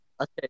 Okay